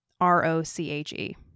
R-O-C-H-E